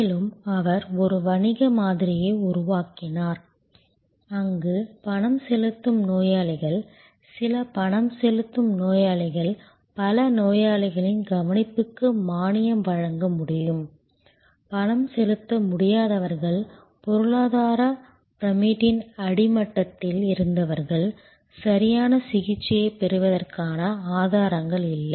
மேலும் அவர் ஒரு வணிக மாதிரியை உருவாக்கினார் அங்கு பணம் செலுத்தும் நோயாளிகள் சில பணம் செலுத்தும் நோயாளிகள் பல நோயாளிகளின் கவனிப்புக்கு மானியம் வழங்க முடியும் பணம் செலுத்த முடியாதவர்கள் பொருளாதார பிரமிட்டின் அடிமட்டத்தில் இருந்தவர்கள் சரியான சிகிச்சையைப் பெறுவதற்கான ஆதாரங்கள் இல்லை